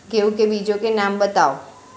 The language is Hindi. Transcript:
गेहूँ के बीजों के नाम बताओ?